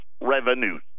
revenues